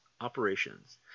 operations